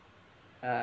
uh